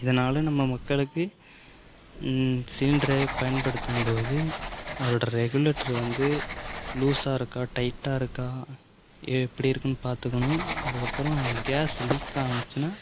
இதனால நம்ம மக்களுக்கு சிலிண்ட்ரு பயன்படுத்தும் போது அதோட ரெகுலேட்ரு வந்து லூசாக இருக்கா டைட்டாக இருக்கா எப்படி இருக்குன்னு பாத்துக்கணும் அதுக்கப்புறம் கேஸ் லீக் ஆணுச்சுனா